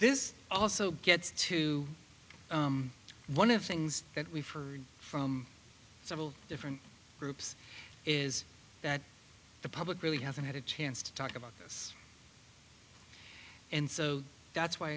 this also gets to one of the things that we've heard from several different groups is that the public really haven't had a chance to talk about this and so that's why